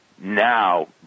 now